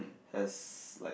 has like